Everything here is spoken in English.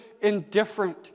indifferent